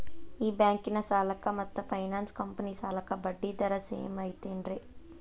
ಈ ಬ್ಯಾಂಕಿನ ಸಾಲಕ್ಕ ಮತ್ತ ಫೈನಾನ್ಸ್ ಕಂಪನಿ ಸಾಲಕ್ಕ ಬಡ್ಡಿ ದರ ಸೇಮ್ ಐತೇನ್ರೇ?